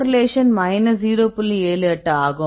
78 ஆகும்